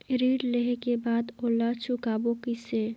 ऋण लेहें के बाद ओला चुकाबो किसे?